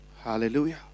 Hallelujah